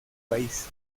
país